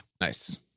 Nice